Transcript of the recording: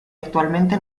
actualmente